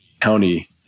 county